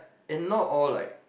in no all like